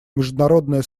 международное